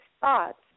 thoughts